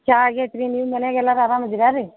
ಚಹಾ ಆಗೇತ್ ರೀ ನಿಮ್ಮ ಮನೇಯಾಗ್ ಎಲ್ಲಾರು ಆರಾಮ್ ಇದೀರಾ ರೀ